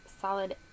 solid